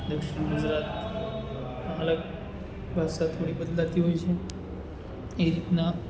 દક્ષિણ ગુજરાતમાં અલગ ભાષા થોડી બદલાતી હોય છે એ રીતના